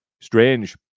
Strange